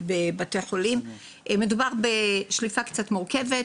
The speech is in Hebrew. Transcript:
מדובר בשליפה קצת מורכבת,